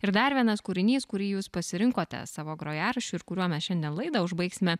ir dar vienas kūrinys kurį jūs pasirinkote savo grojaraščiu ir kuriuo mes šiandien laidą užbaigsime